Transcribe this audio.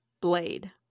blade